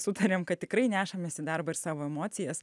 sutarėm kad tikrai nešamės į darbą ir savo emocijas